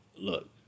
Look